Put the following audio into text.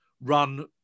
run